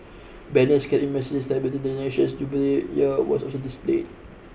banners carrying messages the nation's jubilee year were also displayed